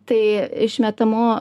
tai išmetamų